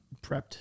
prepped